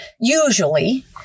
usually